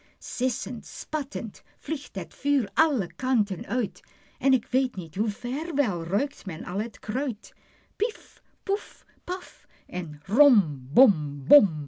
sissend spattend vliegt het vuur alle kanten uit en ik weet niet hoe ver wel ruikt men al het kruit pief poef paf en